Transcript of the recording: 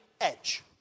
edge